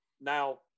now